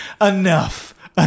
Enough